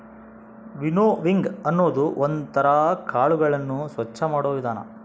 winnowing ಅನ್ನೋದು ಒಂದ್ ತರ ಕಾಳುಗಳನ್ನು ಸ್ವಚ್ಚ ಮಾಡೋ ವಿಧಾನ